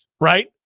Right